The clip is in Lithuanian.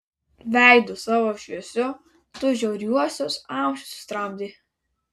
veidu savo šviesiu tu žiauriuosius amžius sutramdei